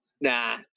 nah